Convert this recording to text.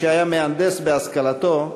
שהיה מהנדס בהשכלתו,